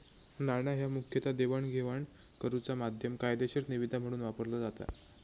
नाणा ह्या मुखतः देवाणघेवाण करुचा माध्यम, कायदेशीर निविदा म्हणून वापरला जाता